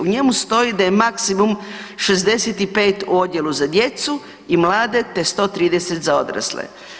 U njemu stoji da je maksimum 65 u odjelu za djecu i mlade, te 130 za odrasle.